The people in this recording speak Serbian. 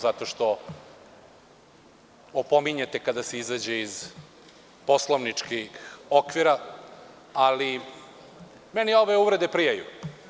Zato što opominjete kada se izađe iz poslovničkih okvira, ali meni ove uvrede prijaju.